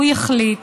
הוא יחליט,